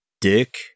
dick